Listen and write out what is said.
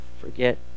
forget